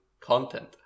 content